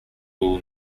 will